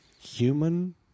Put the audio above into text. human